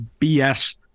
BS